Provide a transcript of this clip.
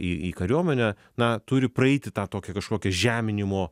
į į kariuomenę na turi praeiti tą tokią kažkokią žeminimo